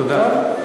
תודה.